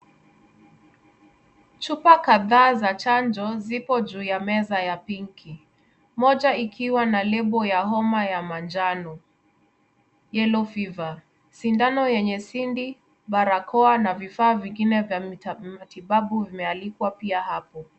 Chupa kadhaa za chanjo, zipo juu ya meza ya pinki. Moja ikiwa na lebo ya homa ya manjano, Yellow fever . Sindano yenye sindi , barakoa na vifaa vingine vya matibabu vimealikwa pia hapo.